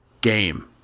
game